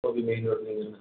Gopi main ரோட்டுலேங்களா